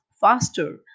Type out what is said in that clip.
faster